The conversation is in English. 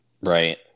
Right